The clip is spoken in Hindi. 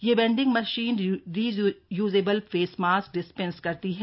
यह vending machine reusable face mask dispense करती है